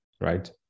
Right